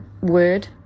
word